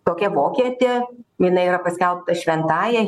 tokia vokietė jnai yra paskelbta šventąja